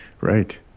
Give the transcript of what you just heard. right